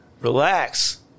Relax